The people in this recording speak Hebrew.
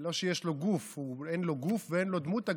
לא שיש לו גוף, אין לו גוף ואין לו דמות הגוף.